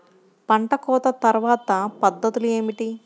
పంట కోత తర్వాత పద్ధతులు ఏమిటి?